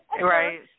Right